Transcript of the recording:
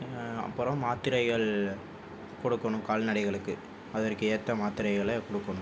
அப்புறம் மாத்திரைகள் கொடுக்கணும் கால்நடைகளுக்கு அதற்கு ஏற்ற மாத்திரைகளை கொடுக்கணும்